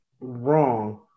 wrong